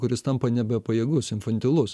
kuris tampa nebepajėgus infantilus